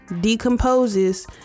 decomposes